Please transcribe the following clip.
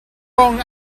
wrong